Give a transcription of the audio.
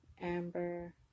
Amber